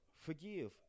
forgive